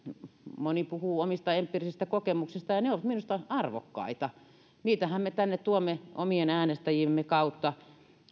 moni puhuu omista empiirisistä kokemuksistaan ja ne ovat minusta arvokkaita niitähän me tänne tuomme omien äänestäjiemme kautta